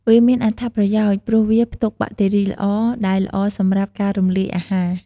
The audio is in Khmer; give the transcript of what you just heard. វាមានអត្ថប្រយោជន៍ ព្រោះវាផ្ទុកបាក់តេរីល្អ ដែលល្អសម្រាប់ការរំលាយអាហារ។